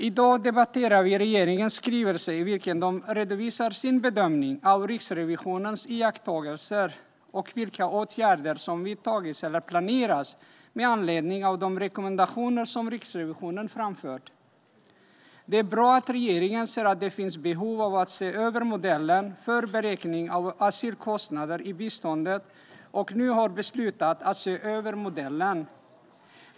I dag debatterar vi regeringens skrivelse, i vilken den redovisar sin bedömning av Riksrevisionens iakttagelser och vilka åtgärder som vidtagits eller planeras med anledning av de rekommendationer som Riksrevisionen framfört. Det är bra att regeringen ser att det finns ett behov av att se över modellen för beräkning av asylkostnader i biståndet och nu har beslutat att se över modellen.